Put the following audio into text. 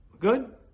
good